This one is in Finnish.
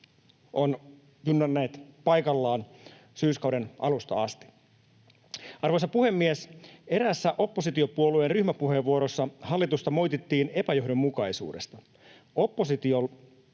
ovat junnanneet paikallaan syyskauden alusta asti. Arvoisa puhemies! Eräässä oppositiopuolueen ryhmäpuheenvuorossa hallitusta moitittiin epäjohdonmukaisuudesta. Oppositiolle